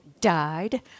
died